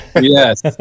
Yes